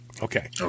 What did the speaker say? Okay